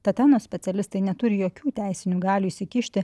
tatenos specialistai neturi jokių teisinių galių įsikišti